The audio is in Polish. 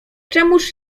czemuż